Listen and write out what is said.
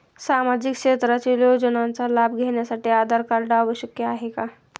सामाजिक क्षेत्रातील योजनांचा लाभ घेण्यासाठी आधार कार्ड आवश्यक आहे का?